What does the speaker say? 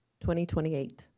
2028